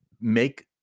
make